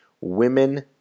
Women